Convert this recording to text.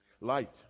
Light